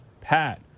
Pat